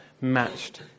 matched